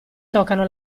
toccano